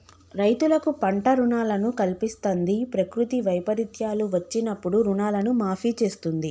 రైతులకు పంట రుణాలను కల్పిస్తంది, ప్రకృతి వైపరీత్యాలు వచ్చినప్పుడు రుణాలను మాఫీ చేస్తుంది